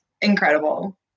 incredible